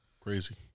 crazy